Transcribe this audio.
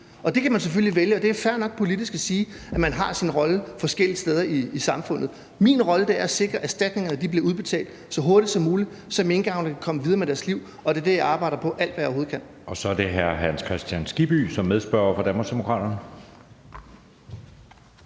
at ske. Man kan selvfølgelig vælge – og det er fair nok – politisk at sige, at man har sin rolle forskellige steder i samfundet. Min rolle er at sikre, at erstatningerne bliver udbetalt så hurtigt som muligt, så minkavlerne kan komme videre med deres liv, og det er det, jeg arbejder på, alt, hvad jeg overhovedet kan. Kl. 16:16 Anden næstformand (Jeppe Søe): Så er det hr.